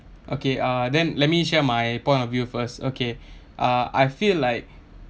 okay uh then let me share my point of view first okay uh I feel like